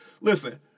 Listen